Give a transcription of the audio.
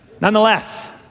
nonetheless